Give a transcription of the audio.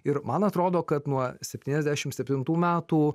ir man atrodo kad nuo septyniasdešim septintų metų